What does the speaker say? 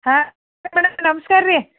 ಹಾಂ ಮೇಡಮ್ ನಮ್ಸ್ಕಾರ ರೀ